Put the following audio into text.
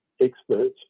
experts